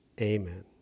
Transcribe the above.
Amen